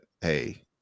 Hey